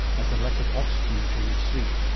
like a lack of oxygen during sleep.